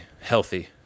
healthy